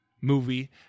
movie